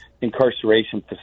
incarceration